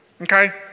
okay